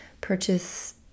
purchase